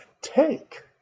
take